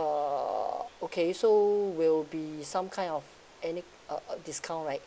uh okay so will be some kind of any uh uh discount right